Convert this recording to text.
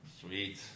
Sweet